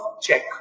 check